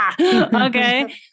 Okay